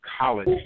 college